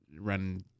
run